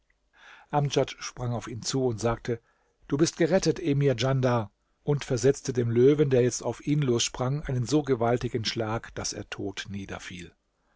amdjad sprang auf ihn zu und sagte du bist gerettet emir djandar und versetzte dem löwen der jetzt auf ihn lossprang einen so gewaltigen schlag daß er tot